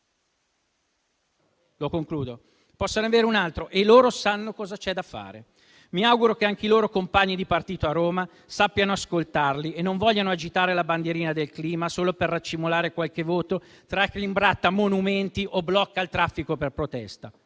e sindaci possono averne un altro e loro sanno cosa c'è da fare. Mi auguro che anche i loro compagni di partito a Roma sappiano ascoltarli e non vogliano agitare la bandierina del clima solo per racimolare qualche voto tra chi imbratta monumenti o blocca il traffico per protesta.